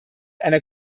einer